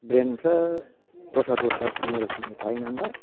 ब्रेनफ्रा दस्रा दस्रा रोखोमनि थायो नालाय